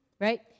Right